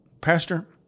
Pastor